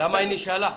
למה היא נשאלה?